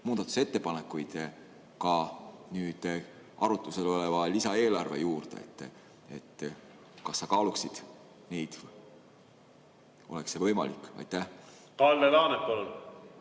muudatusettepanekuid, ka nüüd arutusel oleva lisaeelarve juurde? Kas sa kaaluksid neid? Oleks see võimalik? Aitäh! Kalle,